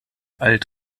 alt